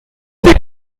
des